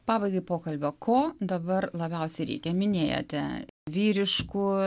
pabaigai pokalbio ko dabar labiausiai reikia minėjote vyriškų